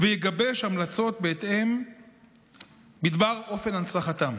ויגבש המלצות בהתאם בדבר אופן הנצחתם.